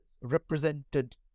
represented